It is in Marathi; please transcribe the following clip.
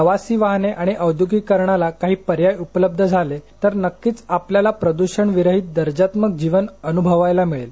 प्रवासी वाहने आणि औद्योगिकीकरणाला काही पर्याय उपलब्ध झाले तर नक्कीच आपल्याला प्रदूषण विरहित दर्जात्मक जीवन अनुभवायला मिळेल